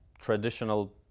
traditional